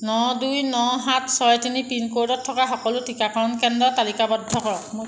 ন দুই ন সাত ছয় তিনি পিনক'ডত থকা সকলো টিকাকৰণ কেন্দ্ৰ তালিকাবদ্ধ কৰক